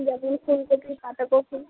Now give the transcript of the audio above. নতুন ফুলকপি বাঁধাকপি